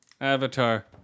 Avatar